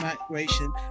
migration